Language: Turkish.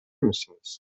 misiniz